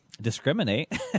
discriminate